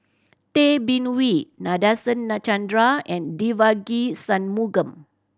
Tay Bin Wee Nadasen Chandra and Devagi Sanmugam